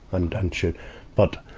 and, and should but,